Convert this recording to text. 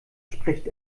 spricht